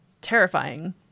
terrifying